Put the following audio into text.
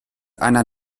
einer